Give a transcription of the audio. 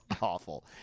awful